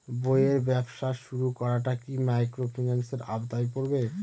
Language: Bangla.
বইয়ের ব্যবসা শুরু করাটা কি মাইক্রোফিন্যান্সের আওতায় পড়বে?